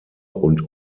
und